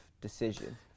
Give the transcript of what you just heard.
decision